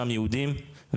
האם יש להם קשר ליהודים?